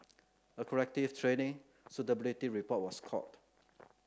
a corrective training suitability report was called